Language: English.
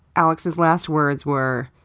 alex's last words were,